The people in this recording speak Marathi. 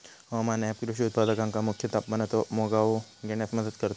हवामान ऍप कृषी उत्पादकांका मुख्य तापमानाचो मागोवो घेण्यास मदत करता